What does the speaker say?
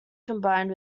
combined